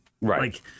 Right